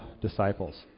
disciples